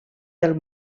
del